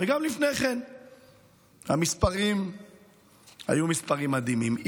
גם לפני כן המספרים היו מספרים מדהימים.